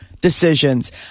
decisions